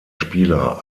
spieler